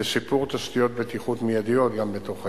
לשיפור תשתיות בטיחות מיידיות גם בתוך העיר.